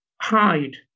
hide